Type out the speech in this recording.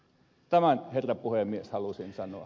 tämän herra puhemies halusin sanoa